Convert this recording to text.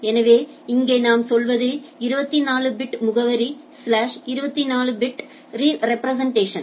எனவே இங்கே நாம் சொல்வது 24 பிட் முகவரி ஸ்லாஸ் 24 ரெப்ரெசென்ட்டேஷன்